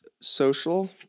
social